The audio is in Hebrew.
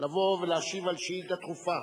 לבוא ולהשיב על שאילתא דחופה